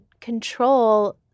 control